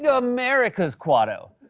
ah america's kuato.